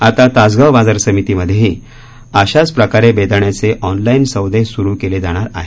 आता तासगाव बाजारसमितीमध्येही अशाच प्रकारे बेदाण्याचे ऑनलाइन सौदे सुरू केले जाणार आहेत